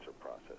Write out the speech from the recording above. process